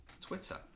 Twitter